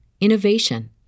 innovation